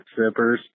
zippers